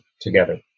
together